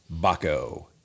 Baco